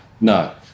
No